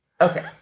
Okay